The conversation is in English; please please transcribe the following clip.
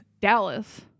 Dallas